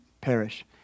perish